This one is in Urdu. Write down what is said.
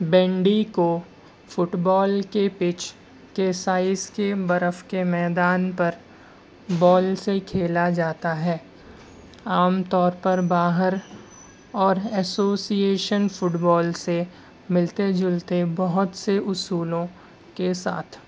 بینڈی کو فٹ بال کے پچ کے سائز کے برف کے میدان پر بال سے کھیلا جاتا ہے عام طور پر باہر اور ایسوسی ایشن فٹ بال سے ملتے جلتے بہت سے اصولوں کے ساتھ